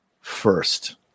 first